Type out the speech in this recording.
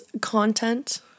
content